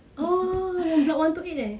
oh yang block one two eight eh